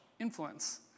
influence